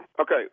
okay